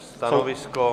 Stanovisko?